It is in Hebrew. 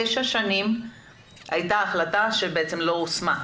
לפני תשע שנים הייתה החלטה, שבעצם לא יושמה.